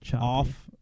off